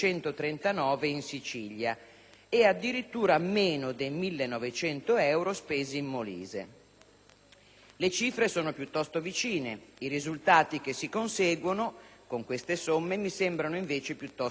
e addirittura meno dei 1.900 euro spesi in Molise. Le cifre sono piuttosto vicine, i risultati che si conseguono con queste somme mi sembrano invece piuttosto distanti.